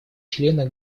члены